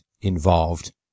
involved